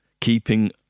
Keeping